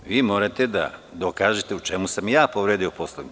Vi morate da dokažete u čemu sam ja povredio Poslovnik.